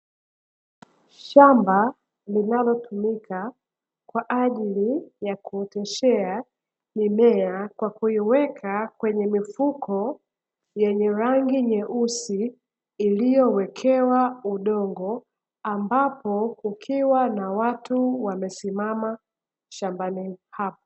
Shamba linalotumika kwa kwa ajili ya kuoteshea mimea kwa kuiweka kwenye mifuko yenye rangi nyeusi, iliyowekewa udongo, ambapo kukiwa na watu wamesimama shambani hapo.